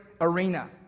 arena